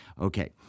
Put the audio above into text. Okay